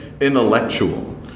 intellectual